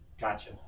Gotcha